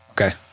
Okay